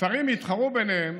השרים התחרו ביניהם